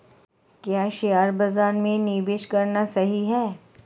क्या शेयर बाज़ार में निवेश करना सही है?